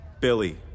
Billy